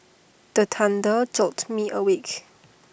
the thunder jolt me awake